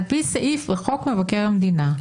על פי סעיף בחוק מבקר המדינה,